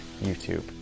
YouTube